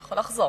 בבקשה,